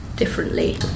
differently